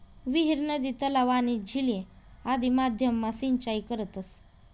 विहीर, नदी, तलाव, आणि झीले आदि माध्यम मा सिंचाई करतस